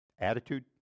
Attitude